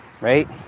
Right